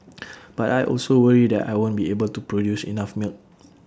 but I also worry that I won't be able to produce enough milk